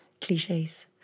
cliches